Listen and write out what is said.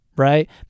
right